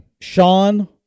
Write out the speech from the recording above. Sean